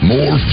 More